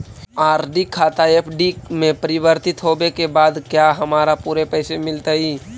RD खाता FD में परिवर्तित होवे के बाद क्या हमारा पूरे पैसे मिलतई